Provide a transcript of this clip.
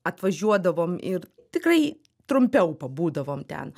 atvažiuodavom ir tikrai trumpiau pabūdavom ten